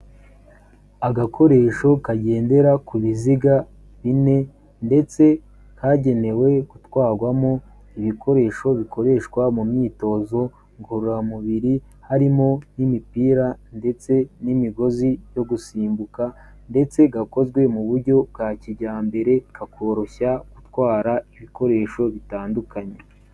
Agakoresho kagendera ku biziga bine ndetse kagenewe gutwarwamo ibikoresho bikoreshwa mu myitozo ngororamubiri, harimo nk'imipira ndetse n'imigozi yo gusimbuka ndetse gakozwe mu buryo bwa kijyambere, kakoroshya gutwara ibikoresho bitandukanye.